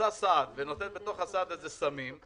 שעושה סעד ונותנת בתוך הסעד הזה סמים,